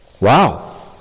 Wow